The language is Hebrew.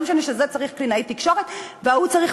לא משנה שזה צריך קלינאי תקשורת וההוא צריך